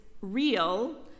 real